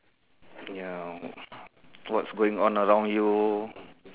ya what's going on around you